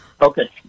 Okay